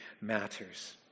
matters